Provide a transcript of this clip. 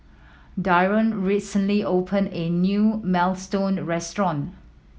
Darion recently opened a new Minestrone Restaurant